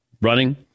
running